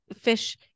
fish